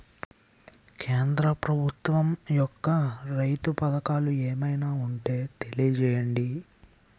కేంద్ర ప్రభుత్వం యెక్క రైతు పథకాలు ఏమైనా ఉంటే తెలియజేయండి?